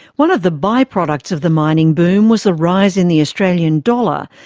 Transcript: one of the by-products of the mining boom was the rise in the australian dollar,